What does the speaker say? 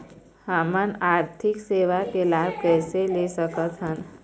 हमन आरथिक सेवा के लाभ कैसे ले सकथन?